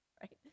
right